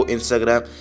Instagram